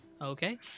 Okay